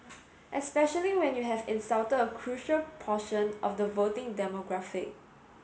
especially when you have insulted a crucial portion of the voting demographic